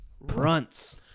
Brunt's